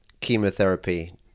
chemotherapy